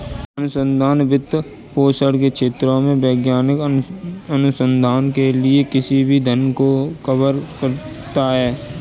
अनुसंधान वित्तपोषण के क्षेत्रों में वैज्ञानिक अनुसंधान के लिए किसी भी धन को कवर करता है